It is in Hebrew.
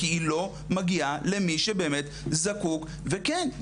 כי היא לא מגיעה למי שבאמת זקוק וכן,